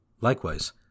Likewise